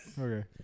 Okay